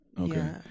Okay